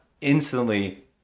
instantly